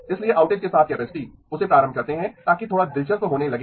इसलिए आउटेज के साथ कैपेसिटी उसे प्रारम्भ करते हैं ताकि थोड़ा दिलचस्प होने लगे